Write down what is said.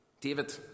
David